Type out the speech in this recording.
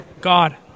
God